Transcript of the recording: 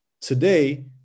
Today